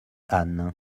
anne